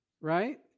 right